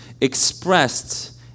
expressed